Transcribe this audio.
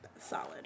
solid